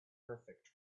perfect